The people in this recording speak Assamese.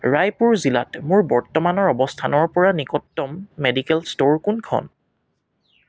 ৰায়পুৰ জিলাত মোৰ বৰ্তমানৰ অৱস্থানৰ পৰা নিকটতম মেডিকেল ষ্ট'ৰ কোনখন